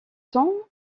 temps